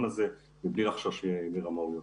בכמה מקומות עבודה